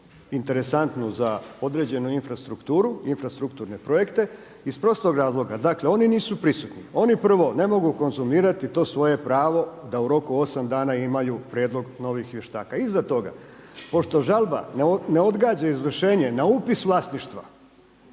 interesantnu za određenu infrastrukturu, infrastrukturne projekte iz prostog razloga, dakle oni nisu prisutni. Oni prvo ne mogu konzumirati to svoje pravo da u roku 8 dana imaju prijedlog novih vještaka. Iza toga pošto žalba ne odgađa izvršenje na upis vlasništva,